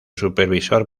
supervisor